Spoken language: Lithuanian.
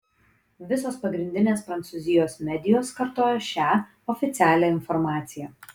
visos pagrindinės prancūzijos medijos kartojo šią oficialią informaciją